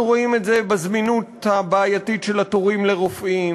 אנחנו רואים את זה בזמינות הבעייתית של התורים לרופאים,